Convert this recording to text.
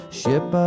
ship